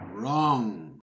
Wrong